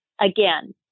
again